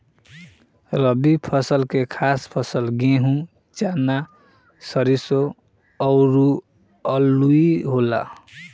रबी फसल के खास फसल गेहूं, चना, सरिसो अउरू आलुइ होला